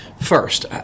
first